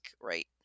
right